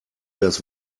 das